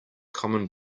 common